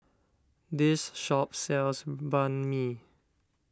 this shop sells Banh Mi